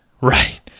Right